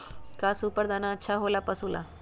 का सुपर दाना अच्छा हो ला पशु ला?